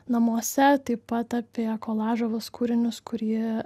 namuose taip pat apie kolažovos kūrinius kurie